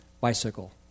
bicycle